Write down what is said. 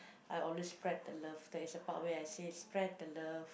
I always spread the love there is a part where I say spread the love